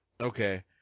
Okay